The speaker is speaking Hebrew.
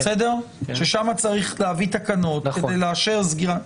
-- ששם צריך להביא תקנות כדי לאשר סגירה,